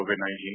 COVID-19